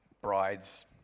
Brides